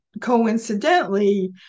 coincidentally